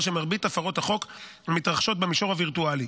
שמרבית הפרות החוק מתרחשות במישור הווירטואלי.